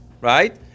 right